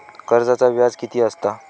कर्जाचा व्याज कीती असता?